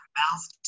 mouth